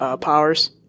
powers